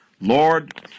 Lord